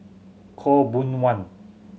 Khaw Boon Wan